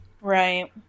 Right